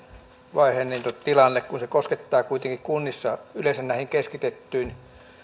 tilanne koskettaa kuitenkin kunnissa yleensä näitä keskitettyjä